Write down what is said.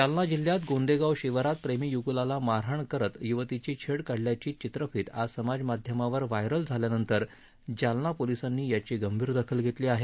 जालना जिल्ह्यात गोंदेगाव शिवारात प्रेमी यूगुलाला मारहाण करत युवतीची छेड काढल्याची चित्रफीत आज समाजमाध्यमावर व्हायरल झाल्यानंतर जालना पोलिसांनी याची गंभीर दखल घेतली आहे